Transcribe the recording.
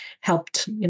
helped